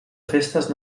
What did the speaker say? festes